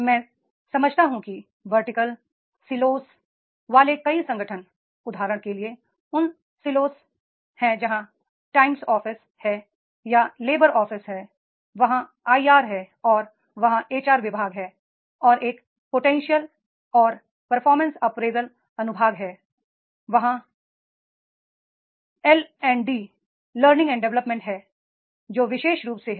मैं समझता हूं कि वर्टिकल सिलोस वाले कई संगठन उदाहरण के लिए उन सिलो हैं जहां टाइम ऑफिस है या लेबर ऑफिस है वहां आईआर है और वहां एच आर विभाग है और एक पोटेंशियल और परफॉर्मेंस अप्रेजल अनुभाग है वहाँ एल एंड डी है और लर्निंग और डेवलपमेन्ट वहाँ है जो विशेष रूप से है